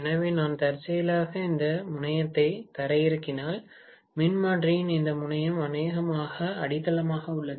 எனவே நான் தற்செயலாக இந்த முனையத்தை தரையிறக்கினால் மின்மாற்றியின் இந்த முனையம் அநேகமாக அடித்தளமாக உள்ளது